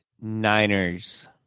niners